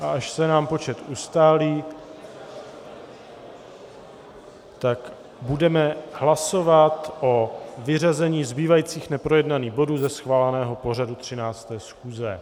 Až se nám počet ustálí, budeme hlasovat o vyřazení zbývajících neprojednaných bodů ze schváleného pořadu 13. schůze...